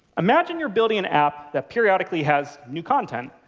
imagine you're building an app that periodically has new content,